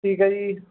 ਠੀਕ ਹੈ ਜੀ